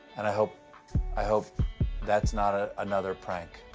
and i hope i hope that's not ah another prank.